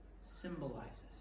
symbolizes